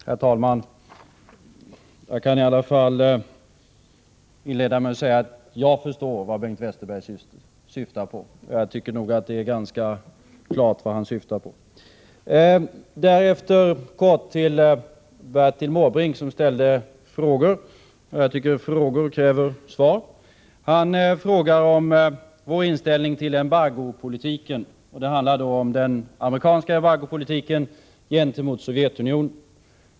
Herr talman! Jag kan i alla fall inleda med att säga att jag förstår vad Bengt Westerberg syftar på. Jag anser att det är ganska klart vad han åsyftar. Därefter kort till Bertil Måbrink, som ställde frågor. Jag tycker att frågor kräver svar. Han frågar om vår inställning till embargopolitiken. Det handlar då om den amerikanska embargopolitiken gentemot Sovjetunionen.